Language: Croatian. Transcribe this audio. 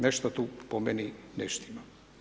Nešto tu po meni ne štima.